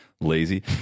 lazy